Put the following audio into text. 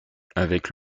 avec